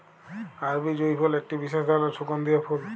আরবি জুঁই ফুল একটি বিসেস ধরলের সুগন্ধিও ফুল